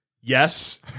yes